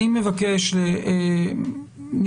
אני מבקש מכם,